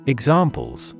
Examples